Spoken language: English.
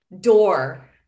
door